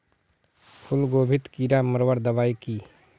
फूलगोभीत कीड़ा मारवार दबाई की?